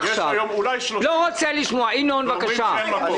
כמה מהן מחוץ לבית,